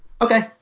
Okay